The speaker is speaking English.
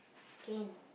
can